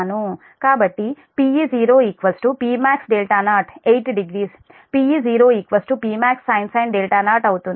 కాబట్టిPe0 Pmax 0 80 Pe0 Pmax sin 0 అవుతుంది